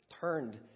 turned